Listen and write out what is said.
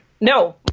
No